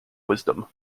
wisdom